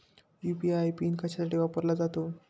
UPI PIN कशासाठी वापरला जातो?